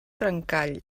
trencall